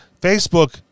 Facebook